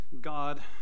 God